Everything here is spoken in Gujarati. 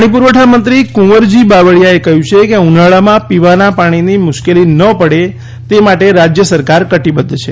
પાણી પુરવઠા મંત્રી કુંવરજી બાવળીયાએ કહ્યું છે કે ઉનાળામાં પીવાના પાણીની મુશ્કેલી ન પડે તે માટે રાજ્ય સરકાર કટિબદ્ધ છે